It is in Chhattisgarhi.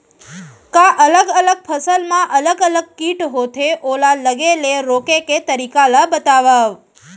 का अलग अलग फसल मा अलग अलग किट होथे, ओला लगे ले रोके के तरीका ला बतावव?